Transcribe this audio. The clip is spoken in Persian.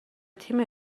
تیم